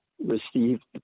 received